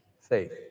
faith